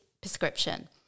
prescription